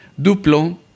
Duplo